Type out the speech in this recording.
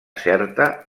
certa